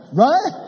right